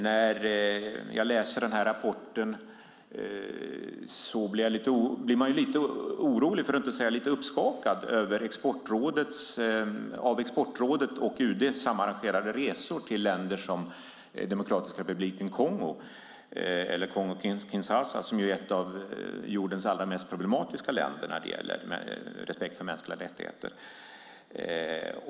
När man läser den här rapporten blir man lite orolig, för att inte säga lite uppskakad, över av Exportrådet och UD samarrangerade resor till länder som Demokratiska Republiken Kongo eller Kongo Kinshasa, som är ett av jordens mest problematiska länder när det gäller respekten för mänskliga rättigheter.